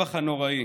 הטבח הנוראי,